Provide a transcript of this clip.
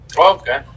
Okay